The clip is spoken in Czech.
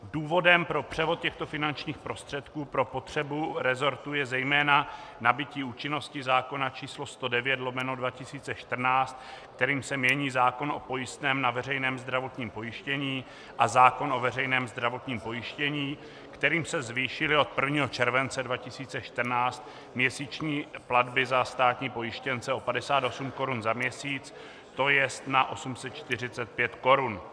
Důvodem pro převod těchto finančních prostředků pro potřebu resortu je zejména nabytí účinnosti zákona č. 109/2014 Sb., kterým se mění zákon o pojistném na veřejné zdravotním pojištění a zákon o veřejném zdravotním pojištění, kterým se zvýšily od 1. července 2014 měsíční platby za státní pojištěnce o 58 korun za měsíc, tj. na 845 korun.